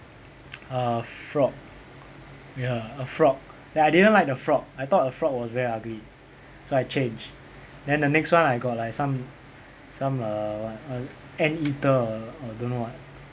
a frog ya a frog then I didn't like the frog I thought the frog was very ugly so I change then the next one I got like some some uh what a anteater or or don't know what